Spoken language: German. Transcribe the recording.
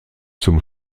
zum